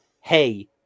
hey